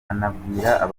abamukurikira